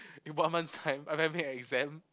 in one month's time I'm having an exam